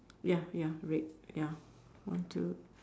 ya ya red ya one two